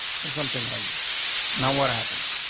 so something like this know what happens?